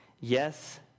Yes